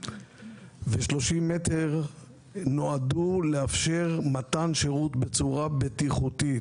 ו-30 מ"ר נועדו לאפשר מתן שירות בצורה בטיחותית